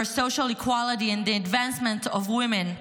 Social Equality and the Advancement of Women,